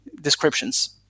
descriptions